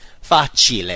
facile